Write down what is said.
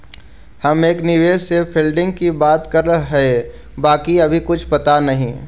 हम एक निवेशक से फंडिंग की बात करली हे बाकी अभी कुछ पता न